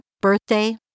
birthday